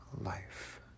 life